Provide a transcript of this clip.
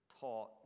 taught